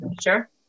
sure